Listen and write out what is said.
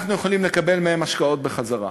אנחנו יכולים לקבל מהם השקעות בחזרה.